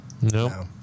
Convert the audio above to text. No